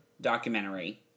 documentary